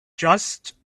just